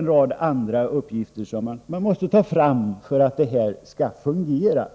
Det är en rad uppgifter som måste tas fram för att systemet skall fungera.